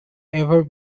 ever